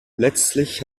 letztlich